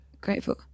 grateful